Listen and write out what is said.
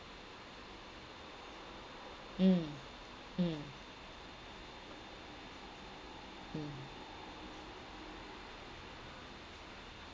mm mm mm